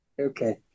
Okay